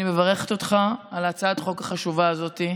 אני מברכת אותך על הצעת החוק החשובה הזאת.